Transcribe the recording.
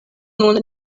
nun